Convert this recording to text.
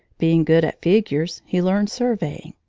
being good at figures, he learned surveying.